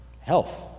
Health